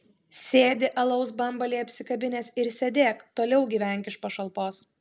sėdi alaus bambalį apsikabinęs ir sėdėk toliau gyvenk iš pašalpos